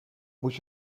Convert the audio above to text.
moet